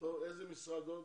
איזה משרד עוד?